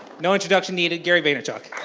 no introduction needed, gary vaynerchuk!